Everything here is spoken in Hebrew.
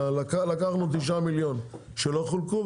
לקחנו 9 מיליון שלא חולקו,